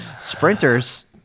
sprinters